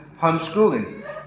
homeschooling